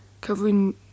covering